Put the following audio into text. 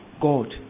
God